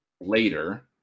later